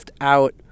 out